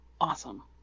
awesome